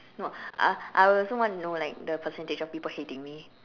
no I I also want to know like the percentage of people hating me